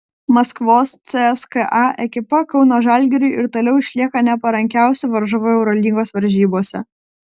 maskvos cska ekipa kauno žalgiriui ir toliau išlieka neparankiausiu varžovu eurolygos varžybose